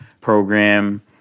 program